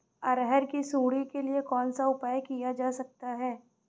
अरहर की सुंडी के लिए कौन सा उपाय किया जा सकता है?